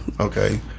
Okay